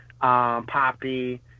Poppy